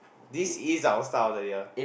this is our start of the year